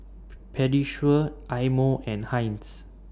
Pediasure Eye Mo and Heinz